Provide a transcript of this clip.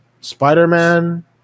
spider-man